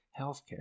healthcare